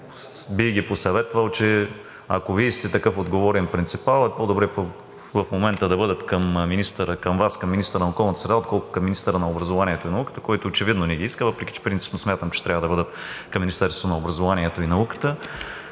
бих ги посъветвал, ако Вие сте такъв отговорен принципал, че е по-добре в момента да бъдат към Вас – към министъра на околната среда, отколкото към министъра на образованието и науката, който очевидно не ги е искал, въпреки че принципно смятам, че трябва да бъдат към Министерството на образованието и науката.